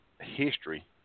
history